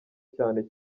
cyane